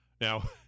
Now